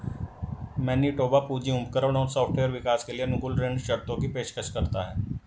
Manitoba पूंजी उपकरण और सॉफ्टवेयर विकास के लिए अनुकूल ऋण शर्तों की पेशकश करता है